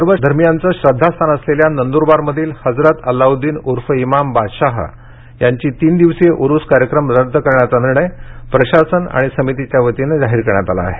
सर्व धर्मियांचे श्रद्धास्थान असलेल्या नंद्रबार मधील हजरत अल्लाऊदिन उर्फ इमाम बादशाह यांची तीन दिवसीय ऊरुस कार्यक्रम रद्द करण्याचा निर्णय प्रशासन आणि समितीच्या वतीनं जाहीर करण्यात आला आहे